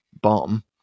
bomb